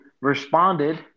responded